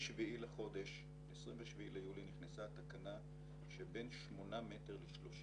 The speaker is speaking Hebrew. מ-27 ביולי נכנסה תקנה שבין שמונה מטרים ל-30